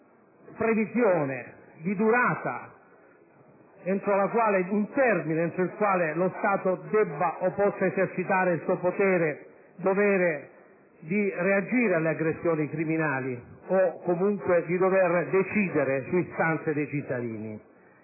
una previsione di durata, un termine entro il quale lo Stato debba o possa esercitare il suo potere-dovere di reagire alle aggressioni criminali o, comunque, di dover decidere su istanze dei cittadini.